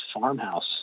farmhouse